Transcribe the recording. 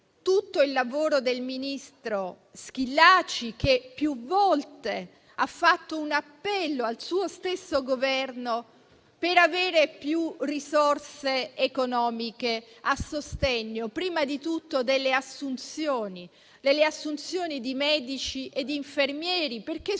tutto il lavoro del ministro Schillaci, che più volte ha fatto un appello al suo stesso Governo per avere più risorse economiche a sostegno anzitutto delle assunzioni di medici e infermieri, perché sono